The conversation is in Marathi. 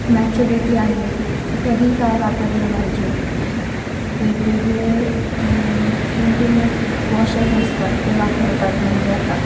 मॅच्युरिटी आली आहे की कधी काय वापरलं पाहिजे वेगवेगळे इंटिमेट वॉशेस असतात ते वापरतात मुली आता